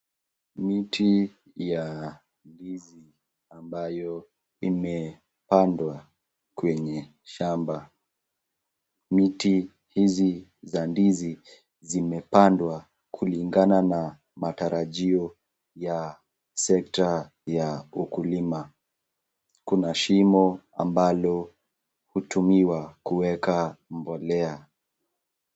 Miti ya ndizi ambayo imepandwa kwenye shamba. Miti hizi za ndizi zimepandwa kulingana na matarajio ya sekta ya ukulima. Kuna shimo ambalo hutumiwa kuweka mbolea.